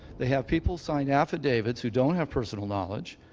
they have people sign affidavits who don't have personal knowledge.